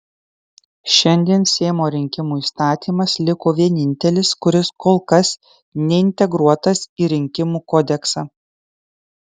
šiandien seimo rinkimų įstatymas liko vienintelis kuris kol kas neintegruotas į rinkimų kodeksą